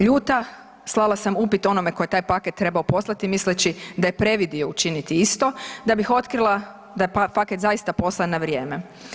Ljuta slala sam upit onome tko je taj paket trebao poslati misleći da je previdio učiniti isto da bih otkrila da je paket zaista poslan na vrijeme.